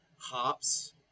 hops